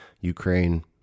Ukraine